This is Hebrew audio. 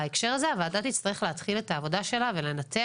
בהקשר הזה הוועדה תצטרך להתחיל את העבודה שלה ולנתח